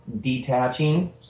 detaching